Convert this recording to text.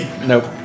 Nope